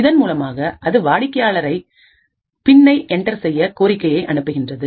இதன் மூலமாக அது வாடிக்கையாளரை பின்னை என்டர் செய்ய கோரிக்கை அனுப்புகின்றது